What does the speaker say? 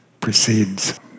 precedes